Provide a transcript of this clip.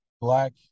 black